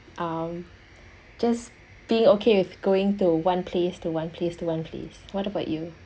um just being okay with going to one place to one place to one place what about you